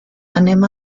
anem